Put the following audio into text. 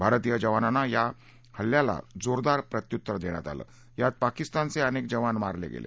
भारतीय जवानांनी या हल्ल्याला जोरदार प्रत्युत्तर दिलं त्यात पाकिस्तानचे अनेक जवान मारले गेले